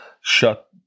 shut